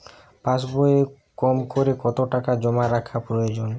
পাশবইয়ে কমকরে কত টাকা জমা রাখা প্রয়োজন?